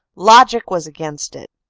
logic was against it.